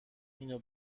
اینو